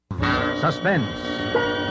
Suspense